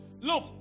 Look